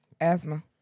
asthma